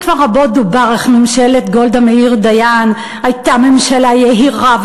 וכבר רבות דובר איך ממשלת גולדה מאיר ודיין הייתה ממשלה יהירה,